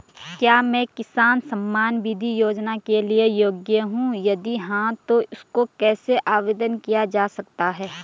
क्या मैं किसान सम्मान निधि योजना के लिए योग्य हूँ यदि हाँ तो इसको कैसे आवेदन किया जा सकता है?